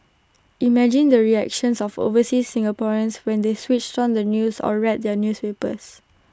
imagine the reactions of overseas Singaporeans when they switched on the news or read their newspapers